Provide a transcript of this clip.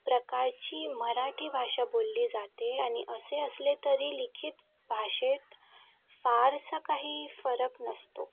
प्रकारची मराठी भाषा बोलली जाते आणि असे असले तरी लिखित भाषेत फारसा काही फरक नसतो